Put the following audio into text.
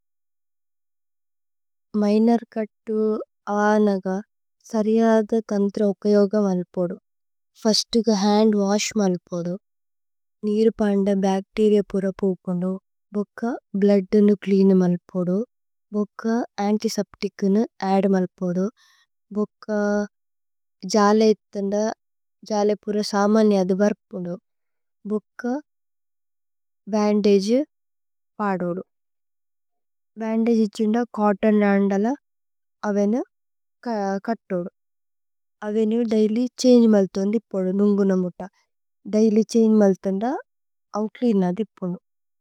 മ്യ്നര് കത്തു അവനഗ സരിയദ തന്ത്ര ഉപയോഗ। മല്പോദു ഫസ്തുഗ ഹന്ദ് വശ് മല്പോദു നീരു പാന്ദ। ബച്തേരിഅ പുര പൂകോന്ദു ഭുക്ക ബ്ലൂദ്നു ച്ലേഅനു। മല്പോദു ഭുക്ക അന്തിസേപ്തിചുനു അദ് മല്പോദു ഭുക്ക। ജല ഇത്ഥന്ദ ജല പുര സമനി അദിബര്ക്പുനു । ഭുക്ക ബന്ദഗേ പദോദു ഭന്ദഗേ ഇത്ഥന്ദ। ചോത്തോന് രന്ദല അവന കത്തോദു അവന ദൈല്യ്। ഛന്ഗേ മല്ഥന്ദിപോദ് നുന്ഗു നമോത ദൈല്യ്। ഛന്ഗേ മല്ഥന്ദ ഓഉത്ലീന ദിപ്പുനു।